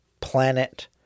planet